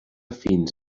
fins